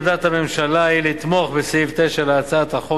עמדת הממשלה היא לתמוך בסעיף 9 להצעת החוק